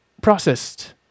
Processed